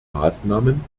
maßnahmen